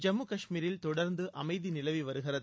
ஜம்மு காஷ்மீரில் தொடர்ந்து அமைதி நிலவி வருகிறது